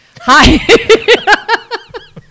Hi